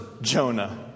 Jonah